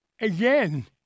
Again